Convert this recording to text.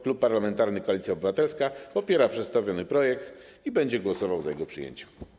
Klub Parlamentarny Koalicja Obywatelska popiera przedstawiony projekt i będzie głosował za jego przyjęciem.